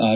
R